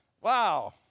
Wow